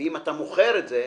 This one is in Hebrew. ואם אתה מוכר את זה,